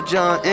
John